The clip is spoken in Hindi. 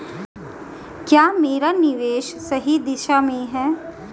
क्या मेरा निवेश सही दिशा में है?